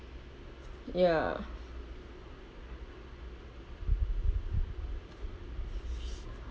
ya